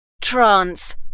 Trance